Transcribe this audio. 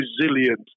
resilient